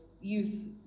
youth